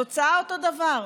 התוצאה היא אותו הדבר.